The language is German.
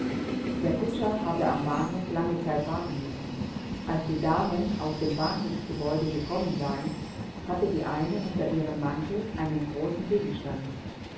der kutscher habe am bahnhof lange zeit warten müssen als die damen aus dem bahnhofsgebäude gekommen seien hatte die eine unter ihrem mantel einen großen gegenstand